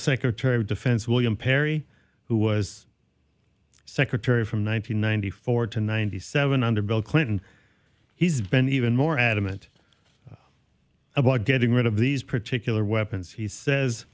secretary of defense william perry who was secretary from one nine hundred ninety four to ninety seven under bill clinton he's been even more adamant about getting rid of these particular weapons he says